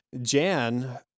Jan